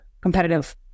competitive